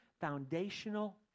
foundational